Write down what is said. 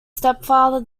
stepfather